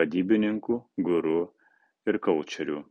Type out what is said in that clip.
vadybininkų guru ir koučerių